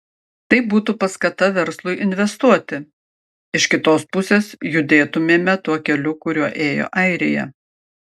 tai būtų paskata verslui investuoti iš kitos pusės judėtumėme tuo keliu kuriuo ėjo airija